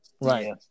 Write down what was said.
Right